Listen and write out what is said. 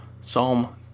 psalm